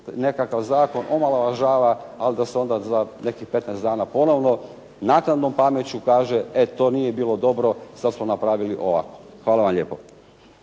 nekakav zakon, omalovažava, ali da se onda za nekih 15 dana ponovno naknadnom pameću kaže e to nije bilo dobro, sada smo napravili ovako. Hvala vam lijepo.